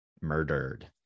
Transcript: murdered